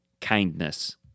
kindness